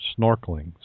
snorkeling